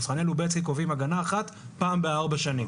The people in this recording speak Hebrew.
מבחני לובצקי קובעים הגנה אחת פעם ב-4 שנים.